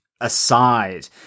aside